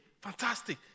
Fantastic